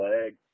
leg